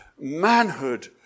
manhood